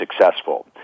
successful